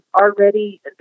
already